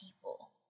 people